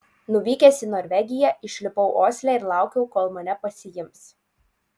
nuvykęs į norvegiją išlipau osle ir laukiau kol mane pasiims